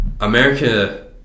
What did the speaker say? America